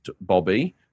Bobby